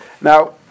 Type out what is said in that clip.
now